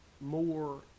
more